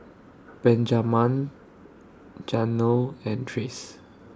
Benjaman Janel and Trace